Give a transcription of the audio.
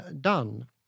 done